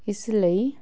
ਇਸ ਲਈ